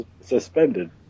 suspended